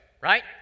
right